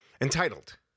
Entitled